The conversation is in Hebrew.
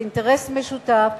זה אינטרס משותף,